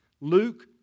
Luke